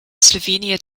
slovenia